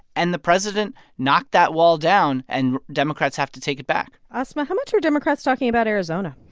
and the president knocked that wall down. and democrats have to take it back asma, how much are democrats talking about arizona?